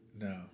No